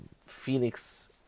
Phoenix